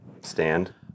stand